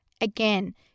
Again